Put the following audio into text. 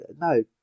no